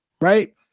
right